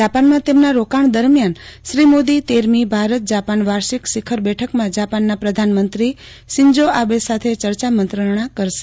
જાપાનમાં તેમના રોકાણ દરમ્યાન શ્રી મોદો તેરમી ભારત જાપાન વાષિક શિખર બેઠકમાં જાપાનના પ્રધાનમંત્રી શિન્જા આબે સાથે ચર્ચા મંત્રણા કરશે